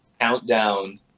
Countdown